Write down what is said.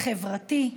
חברתי.